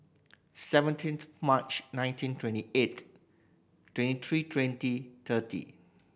seventeenth March nineteen twenty eight twenty three twenty thirty